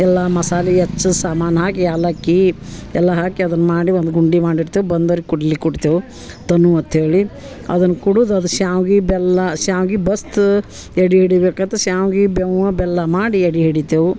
ಎಲ್ಲ ಮಸಾಲೆ ಅಚ್ಚ ಸಾಮಾನು ಹಾಕಿ ಏಲಕ್ಕಿ ಎಲ್ಲ ಹಾಕಿ ಅದನ್ನು ಮಾಡಿ ಒಂದು ಗುಂಡಿ ಮಾಡಿಡ್ತೇವೆ ಬಂದರಿಗೆ ಕುಡಿಲಿಕ್ಕೆ ಕೊಡ್ತೇವೆ ತನು ಅಂತ್ಹೇಳಿ ಅದನ್ನು ಕುಡಿದು ಅದು ಶಾವ್ಗಿ ಬೆಲ್ಲ ಶಾವ್ಗಿ ಬಸ್ತ್ ಎಡೆ ಇಡ್ಬೇಕಾತು ಶಾವ್ಗಿ ಬೇವ ಬೆಲ್ಲ ಮಾಡಿ ಎಡೆ ಹಿಡಿತೇವೆ